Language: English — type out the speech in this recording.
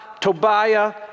Tobiah